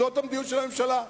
וזו המדיניות של הממשלה.